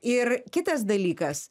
ir kitas dalykas